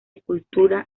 cultura